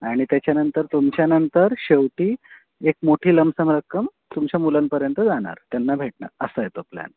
आणि त्याच्यानंतर तुमच्यानंतर शेवटी एक मोठी लमसम रक्कम तुमच्या मुलांपर्यंत जाणार त्यांना भेटणार असा येतो प्लॅन